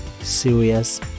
serious